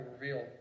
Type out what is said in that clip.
reveal